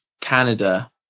Canada